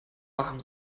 warm